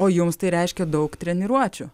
o jums tai reiškia daug treniruočių